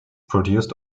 produced